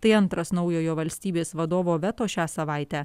tai antras naujojo valstybės vadovo veto šią savaitę